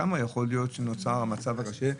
שם יכול להיות שנוצר המצב הקשה.